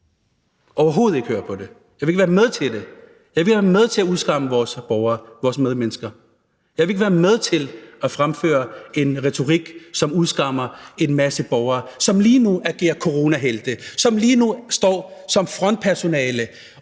overhovedet ikke høre på det. Jeg vil ikke være med til det. Jeg vil ikke være med til at udskamme vores borgere, vores medmennesker. Jeg vil ikke være med til at fremføre en retorik, som udskammer en masse borgere, som lige nu agerer coronahelte, og som lige nu står som frontpersonale